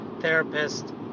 therapist